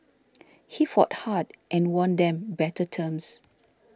he fought hard and won them better terms